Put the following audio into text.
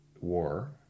war